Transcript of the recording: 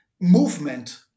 movement